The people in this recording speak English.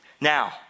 Now